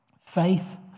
faith